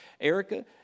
Erica